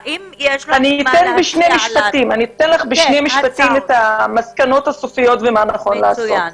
אתן בשני משפטים את המסקנות הסופיות ומה נכון לעשות.